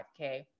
5k